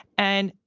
and,